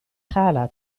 gala